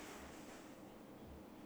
I think so